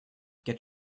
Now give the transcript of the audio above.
get